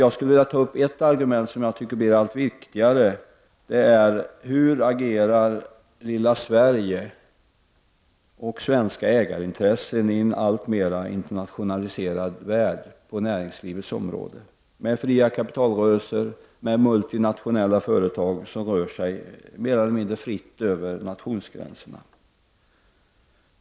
Jag skulle vilja ta upp ett argument som jag tycker blir alltmer viktigt, och det är hur lilla Sverige och svenska ägarintressen agerar i en alltmer internationaliserad värld på näringslivets område, med fria kapitalrörelser, med multinationella företag som rör sig mer eller mindre fritt över nationsgränserna.